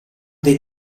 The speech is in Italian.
dei